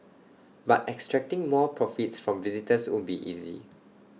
but extracting more profits from visitors won't be easy